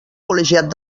col·legiat